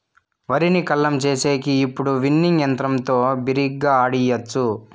వరిని కల్లం చేసేకి ఇప్పుడు విన్నింగ్ యంత్రంతో బిరిగ్గా ఆడియచ్చు